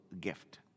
gift